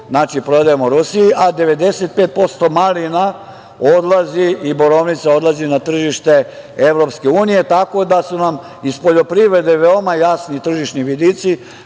jabuka ide u Rusiju, a 95% malina i borovnica odlazi na tržište EU, tako da su nam iz poljoprivrede veoma jasni tržišni vidici,